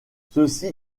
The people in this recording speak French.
ceci